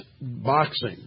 boxing